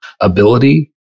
ability